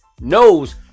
knows